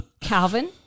Calvin